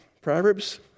Proverbs